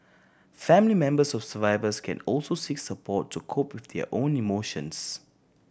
family members of survivors can also seek support to cope with their own emotions